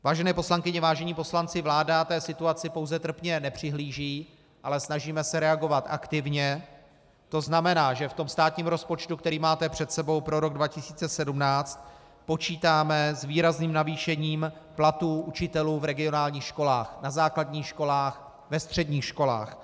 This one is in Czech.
Vážené poslankyně, vážení poslanci, vláda té situaci pouze trpně nepřihlíží, ale snažíme se reagovat aktivně, tzn. že v tom státním rozpočtu, který máte před sebou pro rok 2017, počítáme s výrazným navýšením platů učitelů v regionálních školách, na základních školách, ve středních školách.